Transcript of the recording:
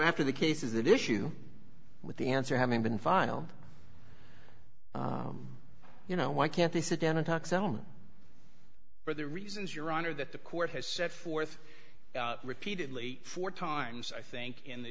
after the cases that issue with the answer having been filed you know why can't they sit down and talk settlement for the reasons your honor that the court has set forth repeatedly four times i think in the